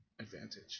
advantage